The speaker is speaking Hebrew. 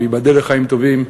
וייבדל לחיים טובים,